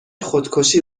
خودکشی